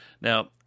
Now